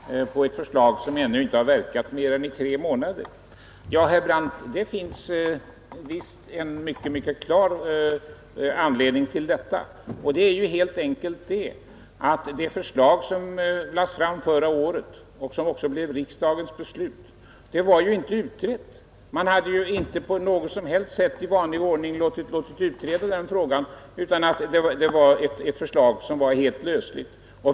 Herr talman! Herr Brandt förundrade sig över att vi kommer med en begäran om en översyn av någonting som inte verkat mer än tre månader. Herr Brandt, det finns en mycket klar anledning till detta, och det är helt enkelt att det förslag som lades fram förra året och som också blev riksdagens beslut inte var utrett. Man hade inte på något sätt i vanlig ordning låtit utreda denna fråga, utan det var ett förslag som var helt lösligt.